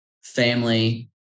family